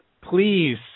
Please